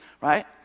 right